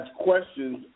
questions